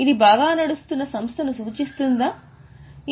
ఇది బాగా నడుస్తున్న సంస్థను సూచిస్తుందా